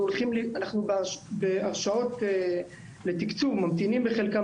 אנחנו בהרשאות לתקצוב וממתינים בחלקם